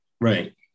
Right